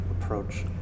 approach